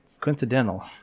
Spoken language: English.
coincidental